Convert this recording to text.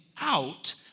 out